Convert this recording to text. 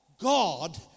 God